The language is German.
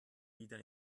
wieder